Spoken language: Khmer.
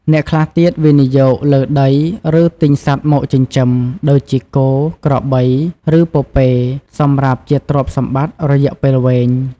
អ្នកខ្លះទៀតវិនិយោគលើដី ឬទិញសត្វមកចិញ្ចឹម ដូចជាគោ ក្របី ឬ ពពែ សម្រាប់ជាទ្រព្យសម្បត្តិរយៈពេលវែង។